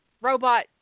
robot